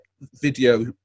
video